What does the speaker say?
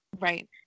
Right